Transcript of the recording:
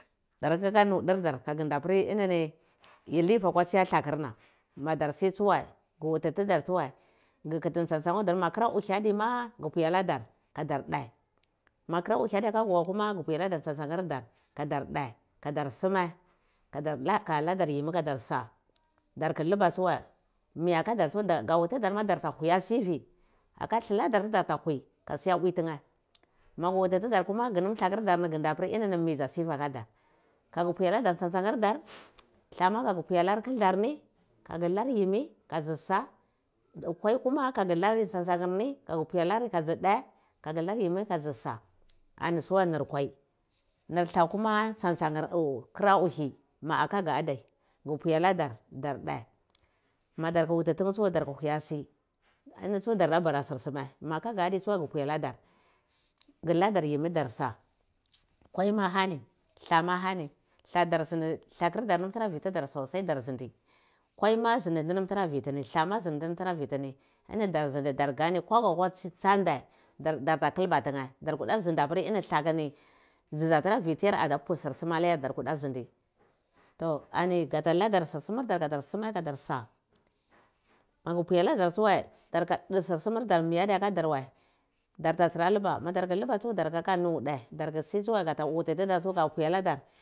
Darkuka nudurdar kago ndapari nnini yi livi akwa tsiya dhakurna madar si tsuwoi gu wuti tidar tsuwai ghu giti tsan tsan avda ma kura uhi adima ghu pwi aladar ka dardhe ma kira uhi adiyaakag uma gu pwi aladar tsan-tsan nyir dar yadar dhe kadar suma kadar ka ladar yimmi kadar sa danku luba tsuwai mi akadar maghu wuti dara haya sivi aka dhila dar du da ra huye siya pwi ntinye magi dza lakurdar kuma ngeh dapir ini mi dza siva akadar kaga pwi aladar tsan tsani rdar dlah ma kaga mpwi dlar kildar ni ka ghu lar yimi ma ka dzi sa gu koi kuma kaga dlar kadzi dhe ka ghi lari yimi kadzisa anitsuwa nir kwai nir kwai kuma ntsan tsan uyi ma adai aka gheh gu pwi aladar dar dhe maa'ar huti tine tsuwai dar huyasi ani tsu darda bara sur suma mapir kilda adzi tsawai ghu pwi dadar ghu ladar yimmi dar sa kwai ma hani ma hani dlah mah ahani dhalar ndar ndi lakur dar vitidar sosai ndar zindi kwai ma ndi ndi tara vitini dla ma ndi tara vitini ini darzindi dongane ko akwa tsa ndhe darta kulba tinye dar kwo zindi ini dlakuni dzi dza tara vi tiyar sursa alayar dar kuda zindi to uni gada ladar sir sumai dar kadar sumai kadusa magu pwi aladar tsuwai sur sumar durni madiyar dar wai dar da tra luba marda tra luba tsudar kaka nudai dardi si ti gutu wuti tudar